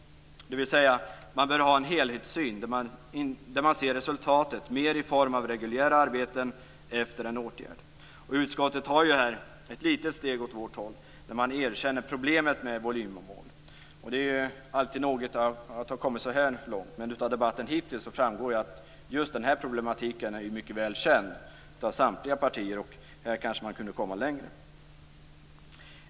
Man bör alltså ha en helhetssyn där man ser resultatet i form av reguljära arbeten efter en åtgärd. Utskottet tar här ett litet steg åt kristdemokraternas håll när det erkänner problemet med volymmål. Det är alltid något att ha kommit så långt. Men av debatten hittills framgår att just denna problematik är mycket väl känd av samtliga partier. Man kanske skulle kunna komma längre här.